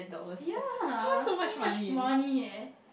ya so much money eh